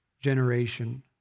generation